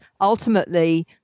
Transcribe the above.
ultimately